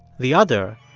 the other.